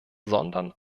sondern